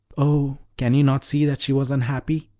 oh, can you not see that she was unhappy!